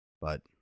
But-